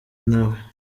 nawe